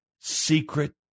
secret